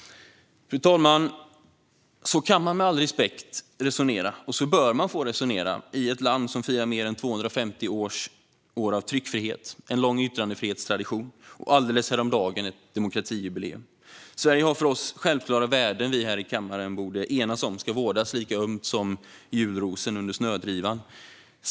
Fru talman! Så kan man med all respekt resonera, och så bör man få resonera i ett land som firar mer än 250 år av tryckfrihet, som har en lång yttrandefrihetstradition och som alldeles häromdagen firade demokratijubileum. Sverige har för oss självklara värden som vi här i kammaren borde enas om ska vårdas lika ömt som julrosen under snödrivan.